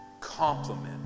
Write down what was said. compliment